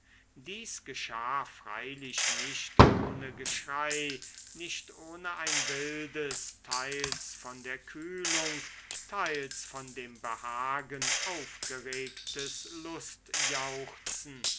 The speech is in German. dies geschah freilich nicht ohne geschrei nicht ohne ein wildes teils von der kühlung teils von dem behagen aufgeregtes